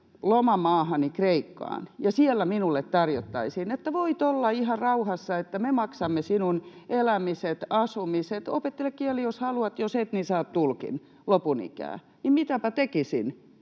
lempilomamaahani Kreikkaan ja siellä minulle tarjottaisiin, että voit olla ihan rauhassa, että me maksamme sinun elämiset, asumiset, opettele kieli, jos haluat, ja jos et, niin saat tulkin lopun ikää, niin mitäpä tekisin?